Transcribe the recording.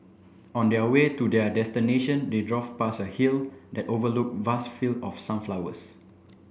on their way to their destination they drove past a hill that overlooked vast field of sunflowers